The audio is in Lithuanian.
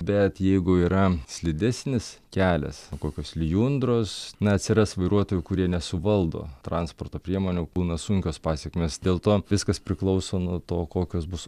bet jeigu yra slidesnis kelias kokios lijundros na atsiras vairuotojų kurie nesuvaldo transporto priemonių būna sunkios pasekmės dėl to viskas priklauso nuo to kokios bus